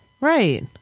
Right